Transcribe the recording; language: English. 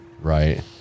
right